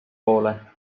poole